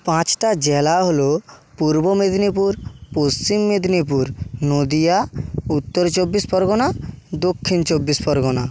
পাঁচটা জেলা হলো পূর্ব মেদিনীপুর পশ্চিম মেদিনীপুর নদীয়া উত্তর চব্বিশ পরগনা দক্ষিণ চব্বিশ পরগনা